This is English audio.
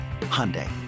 Hyundai